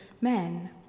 men